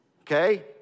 okay